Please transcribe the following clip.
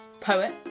poet